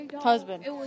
husband